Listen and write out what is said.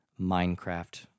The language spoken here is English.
Minecraft